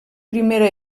primera